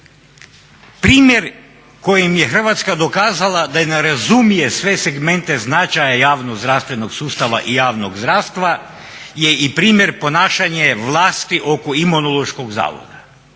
Primjer kojim je Hrvatska dokazala da je ne razumije sve segmente značaja javno zdravstvenog sustava i javnog zdravstva je i primjer ponašanje vlasti oko Imunološkog zavoda